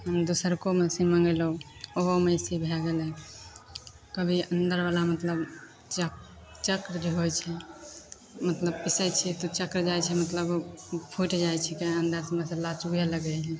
दोसरको machine मँगेलहुँ ओहोमे अइसे भै गेलै कभी अन्दरवला मतलब चक्र चक्र जे होइ छै मतलब पिसै छिए तऽ चक्र जाइ छै मतलब फुटि जाइ छै केहन दै अन्दरसे मसल्ला चुए लागै हइ